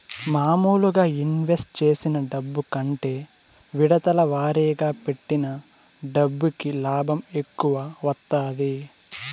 మాములుగా ఇన్వెస్ట్ చేసిన డబ్బు కంటే విడతల వారీగా పెట్టిన డబ్బుకి లాభం ఎక్కువ వత్తాది